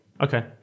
Okay